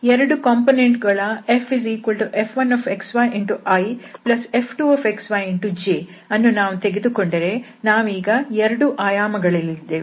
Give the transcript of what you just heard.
2 component ಗಳ FF1xyiF2xyjಅನ್ನು ನಾವು ತೆಗೆದುಕೊಂಡರೆ ನಾವೀಗ 2 ಆಯಾಮಗಳಲ್ಲಿದ್ದೇವೆ